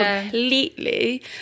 completely